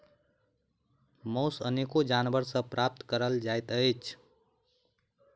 मौस अनेको जानवर सॅ प्राप्त करल जाइत छै